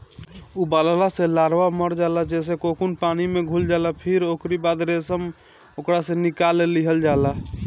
उबालला से लार्वा मर जाला जेसे कोकून पानी में घुल जाला फिर ओकरी बाद रेशम के निकाल लिहल जाला